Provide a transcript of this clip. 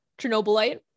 Chernobylite